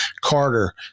Carter